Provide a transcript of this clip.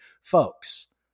folks